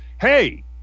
hey